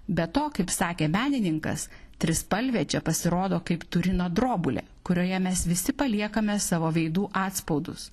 be to kaip sakė menininkas trispalvė čia pasirodo kaip turino drobulė kurioje mes visi paliekame savo veidų atspaudus